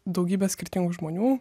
daugybe skirtingų žmonių